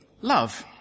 love